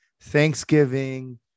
Thanksgiving